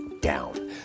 down